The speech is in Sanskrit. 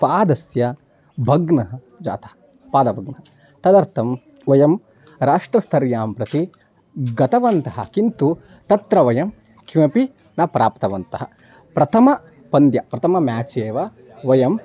पादः भग्नः जातः पादः भग्नः तदर्थं वयं राष्ट्रस्तरं प्रति गतवन्तः किन्तु तत्र वयं किमपि न प्राप्तवन्तः प्रथमे पन्द्य प्रथमे म्याच् एव वयं